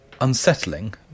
unsettling